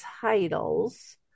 titles